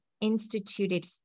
instituted